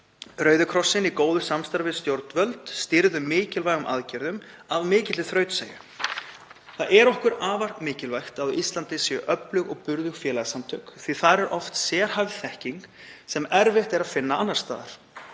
Rauði krossinn, í góðu samstarfi við stjórnvöld, stýrði mikilvægum aðgerðum af mikilli þrautseigju. Það er okkur afar mikilvægt að á Íslandi séu öflug og burðug félagasamtök því að þar er oft sérhæfð þekking sem erfitt er að finna annars staðar.